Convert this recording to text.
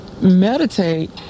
meditate